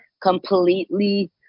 completely